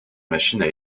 machines